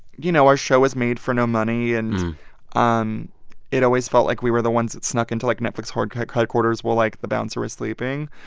you know, our show was made for no money, and um it always felt like we were the ones that snuck into, like, netflix headquarters while, like, the bouncer was sleeping.